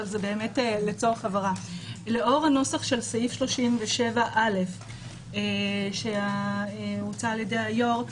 אבל זה לצורך הבהרה - לאור הנוסח של סעיף 37א שהוצע על-ידי היו"ר,